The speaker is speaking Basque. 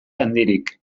handirik